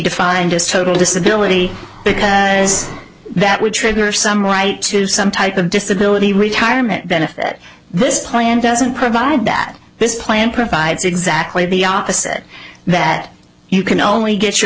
defined as total disability because that would trigger some right to some type of disability retirement benefit this plan doesn't provide that this plan provides exactly the opposite that you can only get your